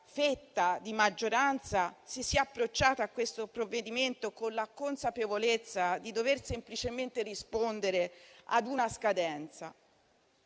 fetta di maggioranza, ha approcciato questo provvedimento con la consapevolezza di dover semplicemente rispondere a una scadenza.